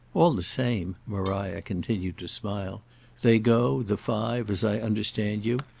all the same maria continued to smile they go, the five, as i understand you,